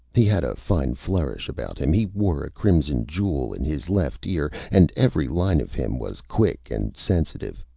he had a fine flourish about him. he wore a crimson jewel in his left ear, and every line of him was quick and sensitive,